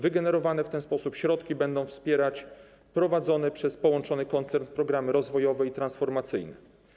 Wygenerowane w ten sposób środki będą wspierać prowadzony przez połączony koncern program rozwojowy i transformacyjny.